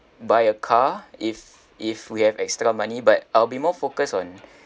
buy a car if if we have extra money but I'll be more focused on